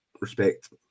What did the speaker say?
respect